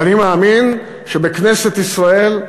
ואני מאמין שבכנסת ישראל,